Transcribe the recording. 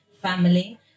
family